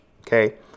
okay